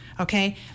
okay